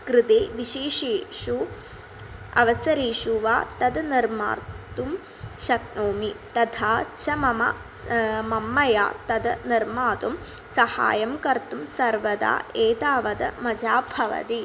कृते विशेषेषु अवसरेषु वा तद् निर्मातुं शक्नोमि तथा च मम सः मया तद् निर्मातुं सहायं कर्तुं सर्वदा एतावद् मजा भवति